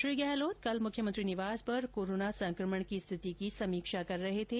श्री गहलोत कल मुख्यमंत्री निवास पर कोरोना संकमण की स्थिति की समीक्षा कर रहे थे